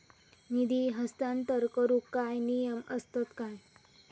निधी हस्तांतरण करूक काय नियम असतत काय?